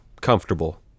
comfortable